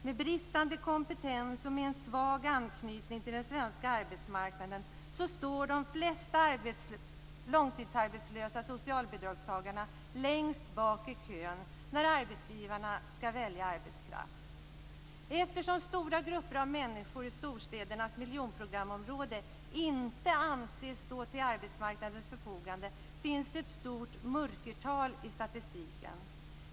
Med bristande kompetens och svag anknytning till den svenska arbetsmarknaden står de flesta långtidsarbetslösa socialbidragstagare längst bak i kön när arbetsgivarna skall välja arbetskraft. Eftersom stora grupper av människor i storstädernas miljonprogramsområden inte anses stå till arbetsmarknadens förfogande finns det ett stort mörkertal i statistiken.